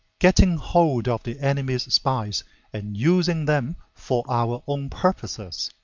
getting hold of the enemy's spies and using them for our own purposes.